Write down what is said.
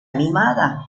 animada